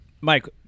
Mike